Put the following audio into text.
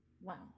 wow